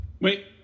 Wait—